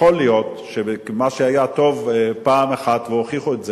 יכול להיות שמה שהיה טוב פעם, והוכיחו את זה,